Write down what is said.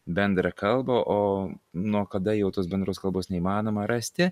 bendrą kalbą o nuo kada jau tos bendros kalbos neįmanoma rasti